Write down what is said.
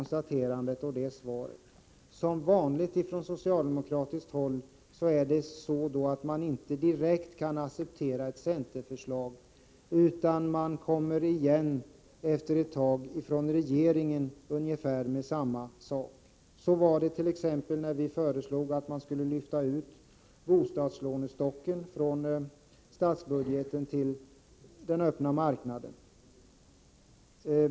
Som vanligt när det gäller socialdemokraterna kan man inte direkt acceptera ett centerförslag, utan man kommer igen efter ett tag från regeringens sida med ungefär samma förslag. Så var det t.ex. när vi föreslog att man skulle lyfta ut bostadslånestocken från statsbudgeten till den öppna marknaden.